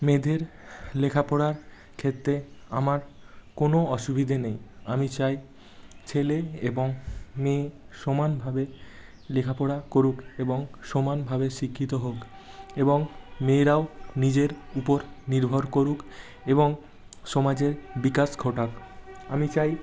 মেয়েদের লেখাপড়ার ক্ষেত্তে আমার কোনো অসুবিদে নেই আমি চাই ছেলে এবং মেয়ে সমানভাবে লেখাপড়া করুক এবং সমানভাবে শিক্ষিত হোক এবং মেয়েরাও নিজের উপর নির্ভর করুক এবং সমাজের বিকাশ ঘটাক আমি চাই